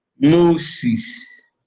moses